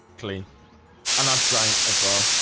clean and i've drank as well